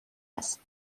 است